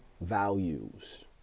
values